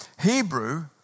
Hebrew